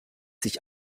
sich